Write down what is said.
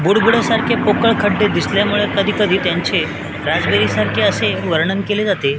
बुडबुड्यासारखे पोकळ खड्डे दिसल्यामुळे कधीकधी त्यांचे राजबेरीसारखे असे वर्णन केले जाते